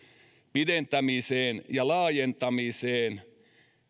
pidentämiseen ja laajentamiseen